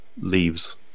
leaves